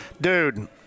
Dude